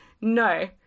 No